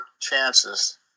chances